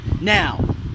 Now